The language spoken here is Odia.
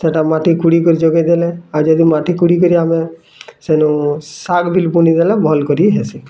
ସେଇଟା ମାଟି କୁଢ଼ି କରି ଜଗାଇ ଦେଲେ ଆଉ ଯଦି ମାଟି କୁଢ଼ି କରି ଆମେ ସେନୁ ଶାଗ୍ ବିଲ ବୁଣି ଦେଲେ ଭଲ କରି ହେସି